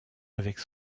avec